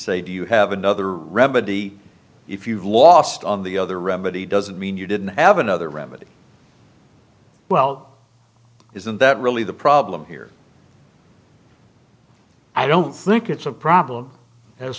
say do you have another remedy if you've lost on the other remedy doesn't mean you didn't evan other remedy well isn't that really the problem here i don't think it's a problem